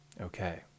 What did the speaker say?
Okay